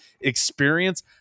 experience